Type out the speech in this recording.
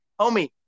Homie